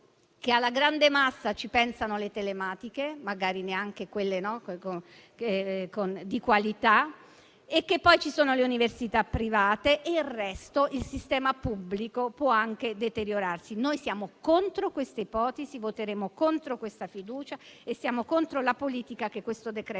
che alla grande massa ci pensano le telematiche, magari neanche quelle di qualità, e che poi ci sono le università private e il resto, il sistema pubblico, può anche deteriorarsi. Noi siamo contro questa ipotesi, voteremo contro questa fiducia e siamo contro la politica che questo decreto-legge